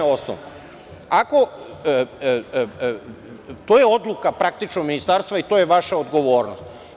To je odluka praktično Ministarstva i to je vaša odgovornost.